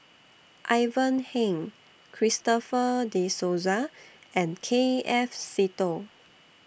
Ivan Heng Christopher De Souza and K F Seetoh